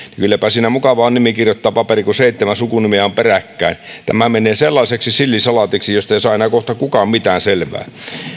kylläpä siinä mukava on nimi kirjoittaa paperiin kun seitsemän sukunimeä on peräkkäin tämä menee sellaiseksi sillisalaatiksi josta ei saa enää kohta kukaan mitään selvää